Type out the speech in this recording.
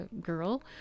girl